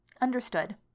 Understood